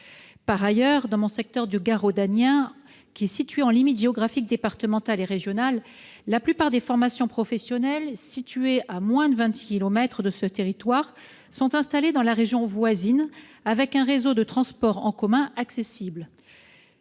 Par ailleurs, dans mon territoire du Gard rhodanien, situé en limite géographique départementale et régionale, la plupart des formations professionnelles situées à moins de vingt kilomètres sont installées dans la région voisine, avec un réseau de transport en commun accessible.